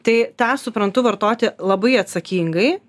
tai tą suprantu vartoti labai atsakingai